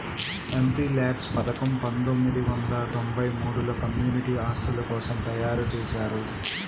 MPLADS పథకం పందొమ్మిది వందల తొంబై మూడులో కమ్యూనిటీ ఆస్తుల కోసం తయ్యారుజేశారు